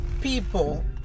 people